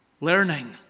Learning